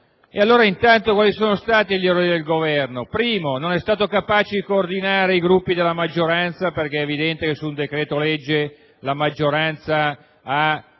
dalla vicenda. Quali sono stati gli errori del Governo? Primo: non è stato capace di coordinare i Gruppi della maggioranza, perché è evidente che su un decreto-legge la maggioranza ha